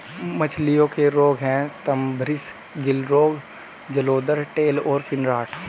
मछलियों के रोग हैं स्तम्भारिस, गिल रोग, जलोदर, टेल और फिन रॉट